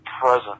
present